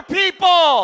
people